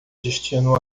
destino